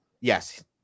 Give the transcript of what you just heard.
Yes